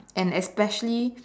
and especially